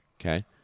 Okay